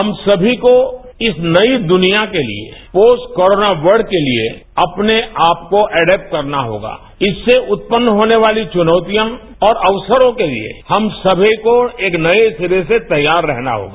हम समी को इस नई दुनिया के लिए पोस्ट कोरोना वर्लड के लिए अपने आप को एडेप्ट करना होगा इस से उत्पन्न होने वाली चुनौतियों और अक्सरों के लिए हम समी को एक नए सिरे से तैयार रहना होगा